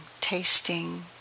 tasting